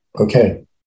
okay